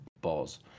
balls